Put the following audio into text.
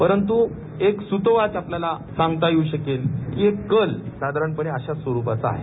परंतू एक सुतोवाच आपल्याला सांगता येऊ शकेल की एक कल साधारणपणे अशा स्वरूपाचा आहे